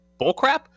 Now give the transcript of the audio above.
bullcrap